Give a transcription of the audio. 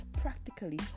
practically